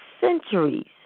centuries